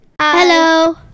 Hello